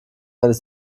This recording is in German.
eines